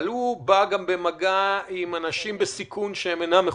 אבל הוא בא במגע עם אנשים בסיכון שאינם מחוסנים.